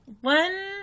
one